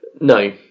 no